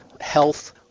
health